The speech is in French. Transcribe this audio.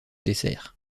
dessert